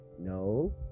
No